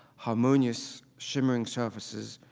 harmonious shimmering surfaces,